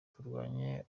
turwanye